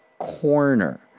corner